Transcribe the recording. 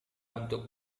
untuk